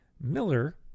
Miller